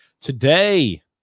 Today